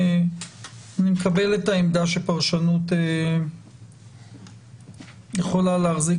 אני מקבל את העמדה שפרשנות יכולה להחזיק